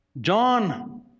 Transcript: John